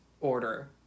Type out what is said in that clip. order